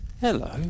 hello